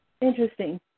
interesting